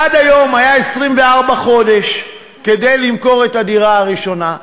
עד היום היו לו 24 חודש כדי למכור את הדירה הראשונה.